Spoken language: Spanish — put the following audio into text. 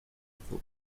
azul